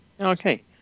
Okay